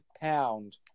pound